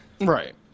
Right